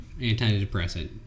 antidepressant